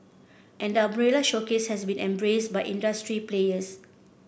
and the umbrella showcase has been embraced by industry players